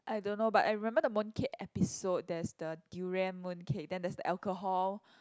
I don't know but I remember the mooncake episode there is the durian mooncake then there is alcohol